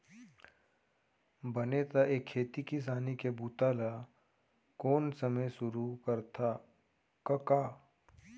बने त ए खेती किसानी के बूता ल कोन समे सुरू करथा कका?